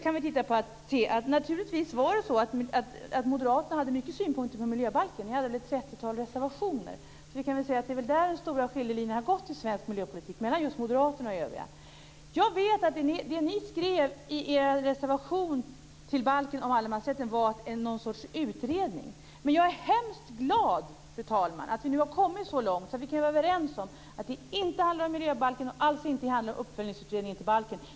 Moderaterna hade naturligtvis många synpunkter på miljöbalken. Ni hade väl ett trettiotal reservationer. Vi kan väl säga att det är där den stora skiljelinjen har gått i svensk miljöpolitik mellan just moderaterna och övriga. Jag vet att det ni skrev om allemansrätten i er reservation när det gällde balken var att det skulle vara någon sorts utredning. Men jag är hemskt glad, fru talman, över att vi nu har kommit så långt att vi kan vara överens om att det inte handlar om miljöbalken och alltså inte om uppföljningsutredningen av balken.